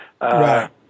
Right